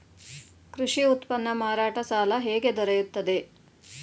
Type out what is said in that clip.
ಕೃಷಿ ಉತ್ಪನ್ನ ಮಾರಾಟ ಸಾಲ ಹೇಗೆ ದೊರೆಯುತ್ತದೆ?